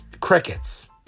Crickets